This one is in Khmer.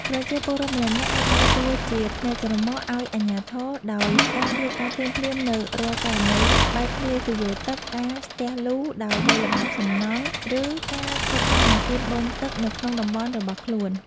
ប្រជាពលរដ្ឋម្នាក់ៗអាចដើរតួជាភ្នែកច្រមុះ ឱ្យអាជ្ញាធរ ដោយការរាយការណ៍ភ្លាមៗនូវរាល់ករណីបែកធ្លាយទុយោទឹក ការស្ទះលូដោយដីល្បាប់សំណង់ ឬការខូចខាតម៉ាស៊ីនបូមទឹកនៅក្នុងតំបន់របស់ខ្លួន។